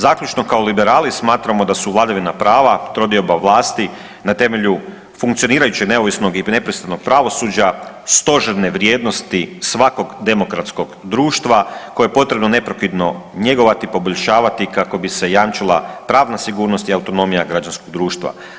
Zaključno, kao liberali smatramo da su vladavina prava, trodioba vlasti na temelju funkcionirajućeg, neovisnog i nepristranog pravosuđa, stožerne vrijednosti svakog demokratskog društva, koje je potrebno .../nerazumljivo/... njegovati, poboljšavati, kako bi se jamčila pravna sigurnost i autonomija građanskog društva.